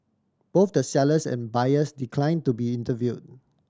both the sellers and buyers decline to be interview